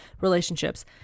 relationships